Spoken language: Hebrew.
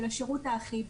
של שירות אחיד.